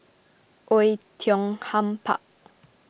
Oei Tiong Ham Park